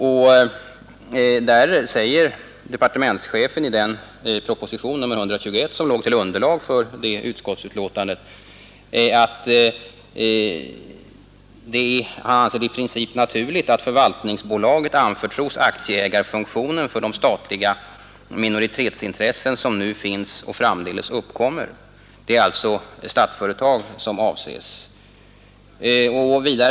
Det hänvisas där till att departementschefen i propositionen 121, som låg till grund för detta utskottsutlåtande, uttalat att han anser det i princip naturligt att förvaltningsbolaget anförtros aktieägarfunktionen för de statliga minoritetsintressen som nu finns och framdeles uppkommer. Det är alltså Statsföretag som därmed avses.